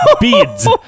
beads